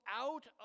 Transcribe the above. out